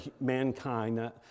mankind